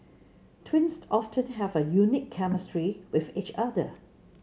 twins often have a unique chemistry with each other